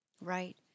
Right